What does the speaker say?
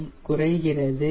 M குறைகிறது